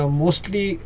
mostly